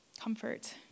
comfort